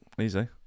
easy